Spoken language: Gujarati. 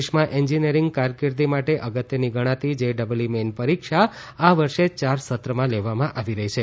દેશમાં એન્જિનિયરિંગ કારકિર્દી માટે અગત્યની ગણાતી જેઇઇ મેઈન પરીક્ષા આ વર્ષે ચાર સત્રમાં લેવામાં આવી રહી છે